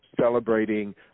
celebrating